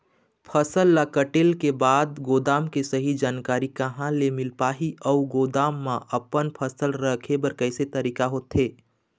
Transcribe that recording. फसल ला कटेल के बाद गोदाम के सही जानकारी कहा ले मील पाही अउ गोदाम मा अपन फसल रखे बर कैसे तरीका होथे?